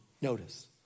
Notice